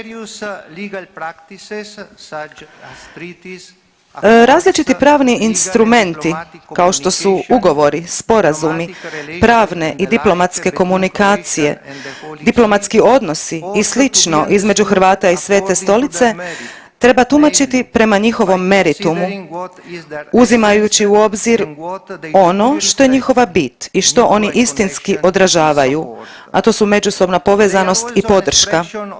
Različiti pravni instrumenti kao što su ugovori, sporazumi, pravne i diplomatske komunikacije, diplomatski odnosi i slično između Hrvata i Svete Stolice treba tumačiti prema njihovom meritumu uzimajući u obzir ono što je njihova bit i što oni istinski odražavaju, a to su međusobna povezanost i podrška.